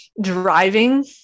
driving